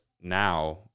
now